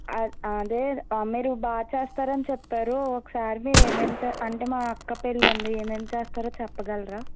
అదే మీరు బాగా చేస్తారని చెప్పారు ఒకసారి మీరు ఏమేమి చే అంటే మా అక్క పెళ్ళి ఉంది ఏమేమి చేస్తారో చెప్పగలరా